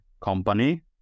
company